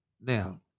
Now